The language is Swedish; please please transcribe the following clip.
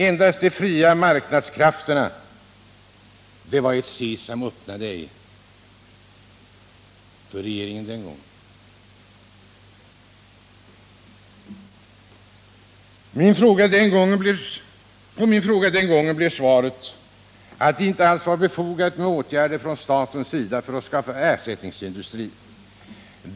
Endast de fria marknadskrafterna fungerade den gången som ett ”Sesam öppna dig” för regeringen. På min fräga blev svaret då att det inte alls var befogat med statliga åtgärder för att skaffa ersättningsindustri.